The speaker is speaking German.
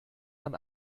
man